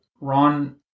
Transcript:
Ron